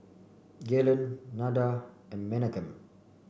Gaylen Nada and Menachem